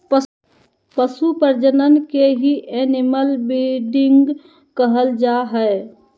पशु प्रजनन के ही एनिमल ब्रीडिंग कहल जा हय